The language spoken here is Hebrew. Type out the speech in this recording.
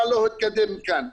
מה לא התקדם כאן.